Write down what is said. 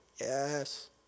Yes